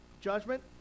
judgment